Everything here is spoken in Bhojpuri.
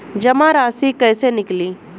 जमा राशि कइसे निकली?